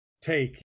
take